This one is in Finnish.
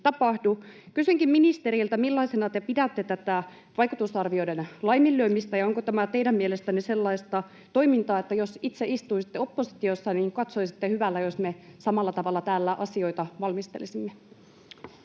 Kysynkin ministeriltä: millaisena te pidätte tätä vaikutusarvioiden laiminlyömistä, ja onko tämä teidän mielestänne sellaista toimintaa, että jos itse istuisitte oppositiossa, niin katsoisitte hyvällä, jos me samalla tavalla täällä asioita valmistelisimme?